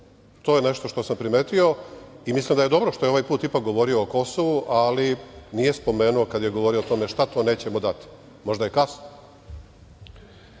To je nešto što sam primetio i mislim da je dobro što je ovaj put ipak govorio o Kosovu, ali nije spomenuo kad je govorio o tome šta to nećemo dati. Možda je kasno? Ipak